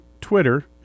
Twitter